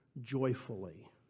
joyfully